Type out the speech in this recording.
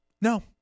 no